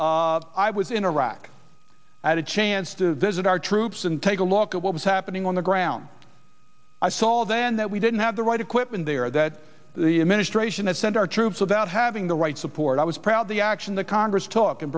ago i was in iraq i had a chance to visit our troops and take a look at what was happening on the ground i saw then that we didn't have the right equipment there that the administration had sent our troops without having the right support i was proud the action the congress t